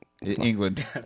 England